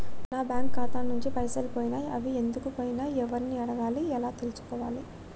నా బ్యాంకు ఖాతా నుంచి పైసలు పోయినయ్ అవి ఎందుకు పోయినయ్ ఎవరిని అడగాలి ఎలా తెలుసుకోవాలి?